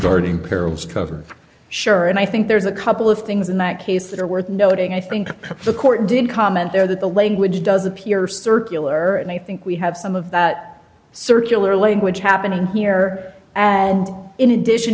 perils covered sure and i think there's a couple of things in that case that are worth noting i think the court did comment there that the language does appear circular and i think we have some of that circular language happening here and in addition